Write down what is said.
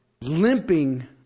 limping